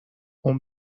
اون